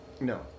No